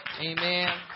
Amen